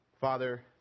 Father